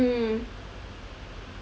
mm